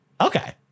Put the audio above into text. okay